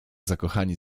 zakochani